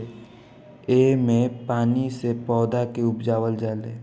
एह मे पानी से पौधा के उपजावल जाले